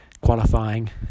qualifying